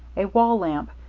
a wall lamp,